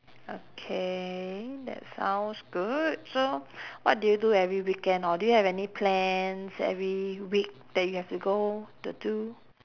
okay that sounds good so what do you do every weekend or do have any plans every week that you have to go to do